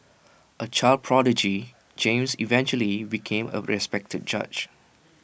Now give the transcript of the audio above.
A child prodigy James eventually became A respected judge